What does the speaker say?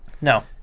No